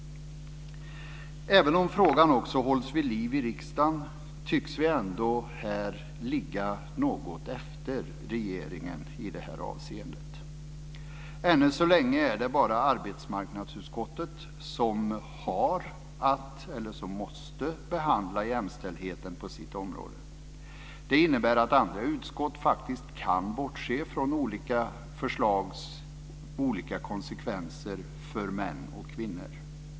Även om frågan också hålls vid liv i riksdagen tycks vi ändå här ligga något efter regeringen i detta avseende. Ännu så länge är det bara arbetsmarknadsutskottet som måste behandla jämställdheten på sitt område. Det innebär att andra utskott faktiskt kan bortse från olika förslags olika konsekvenser för män och kvinnor.